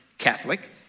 catholic